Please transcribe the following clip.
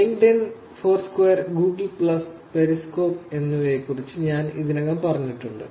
LinkedIn Foursquare Google plus Periscope എന്നിവയെക്കുറിച്ച് ഞാൻ ഇതിനകം പറഞ്ഞിട്ടുണ്ട്